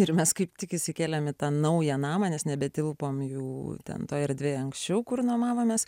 ir mes kaip tik įsikėlėme į tą naują namą nes nebetilpome jų ten toje erdvėje anksčiau kur nuo manomės